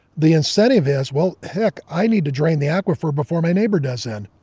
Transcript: the incentive is, well, heck, i need to drain the aquifer before my neighbor does then.